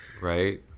right